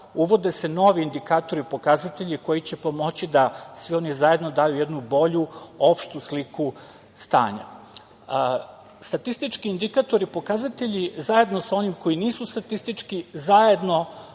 uvode se novi indikatori, pokazatelji, koji će pomoći da svi oni zajedno da daju jednu bolju, opštu sliku stanja. Statistički indikatori, pokazatelji zajedno sa onima koji nisu statistički zajedno